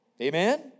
Amen